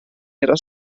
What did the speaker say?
era